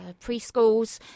preschools